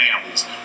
families